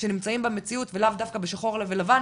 שנמצאים במציאות ולאו דווקא בשחור ולבן,